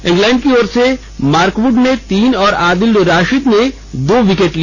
England की ओर से मार्कवुड ने तीन और आदिल रशिद ने दो विकेट लिए